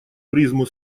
призму